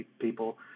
people